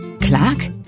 Clark